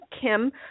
Kim